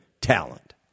talent